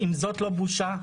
זאת לא בושה?